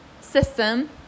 system